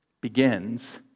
begins